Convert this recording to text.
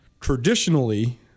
Traditionally